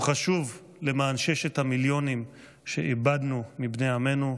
הוא חשוב למען ששת המיליונים שאיבדנו מבני עמנו,